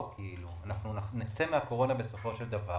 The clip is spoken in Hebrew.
כי אנחנו נצא מן הקורונה בסופו של דבר